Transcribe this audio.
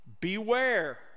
Beware